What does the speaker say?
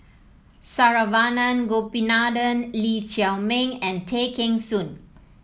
Saravanan Gopinathan Lee Chiaw Meng and Tay Kheng Soon